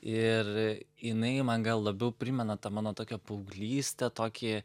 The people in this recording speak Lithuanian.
ir jinai man gal labiau primena tą mano tokią paauglystę tokį